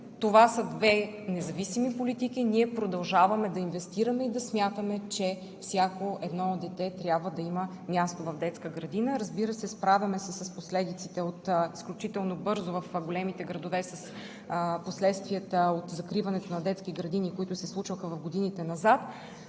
Това са две независими политики и ние продължаваме да инвестираме и да смятаме, че всяко едно дете трябва да има място в детска градина. Разбира се, справяме се изключително бързо в големите градове – с последствията от закриването на детски градини, които се случваха в годините назад,